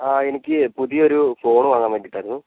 ആ എനിക്ക് പുതിയൊരു ഫോണ് വാങ്ങാൻ വേണ്ടീട്ടായിരുന്നു